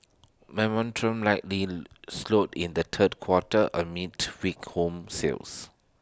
momentum likely slowed in the third quarter amid weak home sales